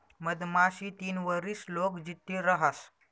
मधमाशी तीन वरीस लोग जित्ती रहास